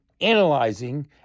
analyzing